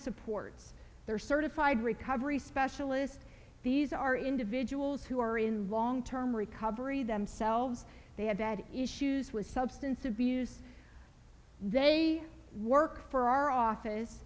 supports their certified recovery specialist these are individuals who are in long term recovery themselves they have bad issues with substance abuse they work for our office